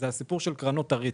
זה קרנות הריט.